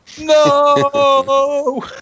No